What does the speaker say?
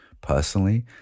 personally